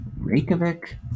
Reykjavik